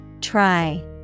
Try